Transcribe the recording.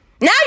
Now